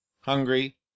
hungry